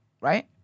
right